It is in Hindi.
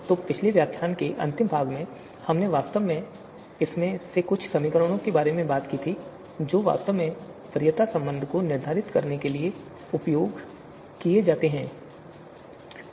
तो पिछले व्याख्यान के अंतिम भाग में हमने वास्तव में इनमें से कुछ समीकरणों के बारे में बात की थी जो वास्तव में वरीयता संबंध को निर्धारित करने के लिए उपयोग किए जाते हैं